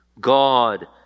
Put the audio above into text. God